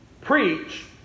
preach